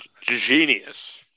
genius